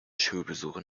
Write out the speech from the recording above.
schulbesuch